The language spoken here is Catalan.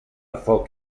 foc